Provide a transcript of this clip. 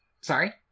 Sorry